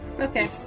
Okay